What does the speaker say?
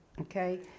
Okay